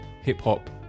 hip-hop